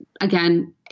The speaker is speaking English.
Again